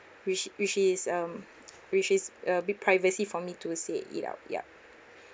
which which is um which is a bit privacy for me to say it out yup